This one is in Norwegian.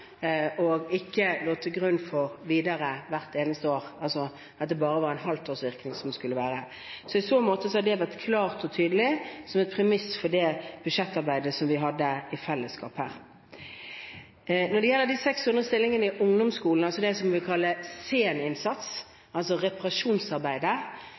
og ikke ligge til grunn hvert eneste år – altså at det bare skulle være et halvt års virkning. I så måte har det vært et klart og tydelig premiss for det budsjettarbeidet vi hadde i fellesskap. Når det gjelder de 600 stillingene i ungdomsskolen – det vi kaller